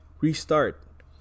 restart